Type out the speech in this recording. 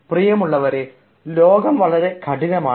പ്രിയമുള്ളവരെ ലോകം വളരെ കഠിനമാണ്